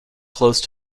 close